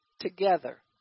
together